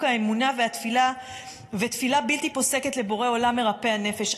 האמונה ותפילה בלתי פוסקת לבורא עולם מרפא הנפש.